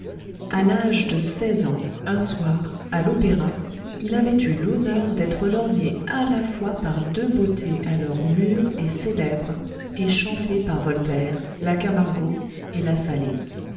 à l'âge de seize ans un soir à l'opéra il avait eu l'honneur d'être lorgné à la fois par deux beautés alors mûres et célèbres et chantées par voltaire la camargo et la sallé